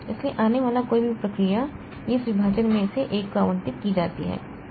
इसलिए आने वाली कोई भी प्रक्रिया यह इस विभाजन में से एक को आवंटित की जाती है